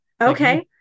Okay